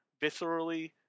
viscerally